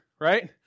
right